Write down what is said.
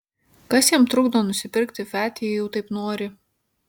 kas jam trukdo nusipirkti fiat jei jau taip nori